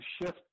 shift